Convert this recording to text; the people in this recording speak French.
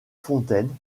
fontaine